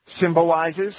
symbolizes